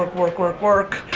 work, work, work, work.